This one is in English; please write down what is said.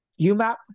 UMAP